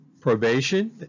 Probation